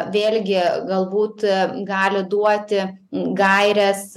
vėlgi galbūt gali duoti gaires